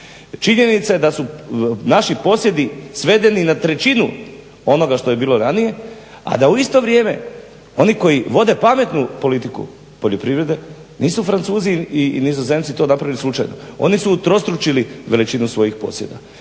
Činjenica je da su naši posjedi svedeni na trećinu onoga što je bilo ranije, a da u isto vrijeme oni koji vode pametnu politiku poljoprivrede nisu Francuzi i Nizozemci to napravili slučajno, oni su utrostručili veličinu svojih posjeda